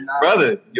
Brother